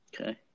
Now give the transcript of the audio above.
Okay